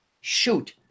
Shoot